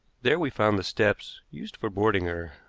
there we found the steps used for boarding her.